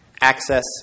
Access